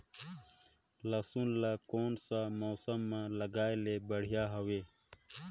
लसुन ला कोन सा मौसम मां लगाय ले बढ़िया हवे?